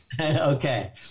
Okay